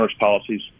policies